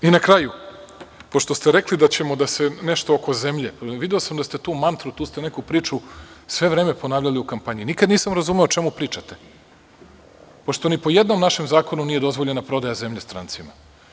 Na kraju, pošto ste rekli da ćemo se nešto oko zemlje, video sam da ste tu mantru, tu neku priču sve vreme ponavljali u kampanji, nikada nisam razumeo o čemu pričate, pošto ni po jednom našem zakonu nije dozvoljena prodaja zemlje strancima.